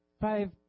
Five